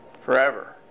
forever